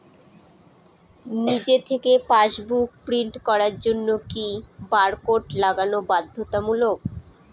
নিজে থেকে passbook print করার জন্য কি বারকোড লাগানো বাধ্যতামূলক?